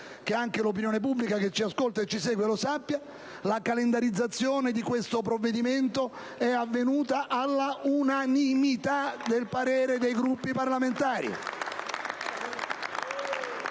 che anche l'opinione pubblica che ci segue e ci ascolta lo sappia - la calendarizzazione di questo provvedimento è avvenuta alla unanimità del parere dei Gruppi parlamentari.